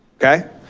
okay.